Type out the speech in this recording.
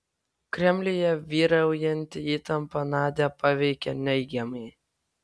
kremliuje vyraujanti įtampa nadią paveikė neigiamai